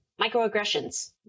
microaggressions